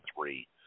three